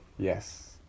Yes